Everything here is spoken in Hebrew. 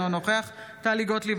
אינו נוכח טלי גוטליב,